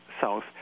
south